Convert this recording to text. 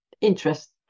interest